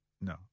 no